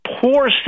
poor